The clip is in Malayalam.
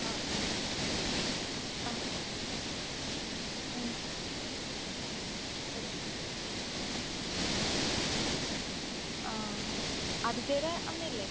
ആ ആ ഉം ഓക്ക് ആ ആദിത്യേടെ അമ്മയല്ലേ